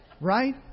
Right